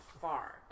far